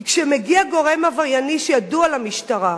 כי כשמגיע גורם עברייני שידוע למשטרה,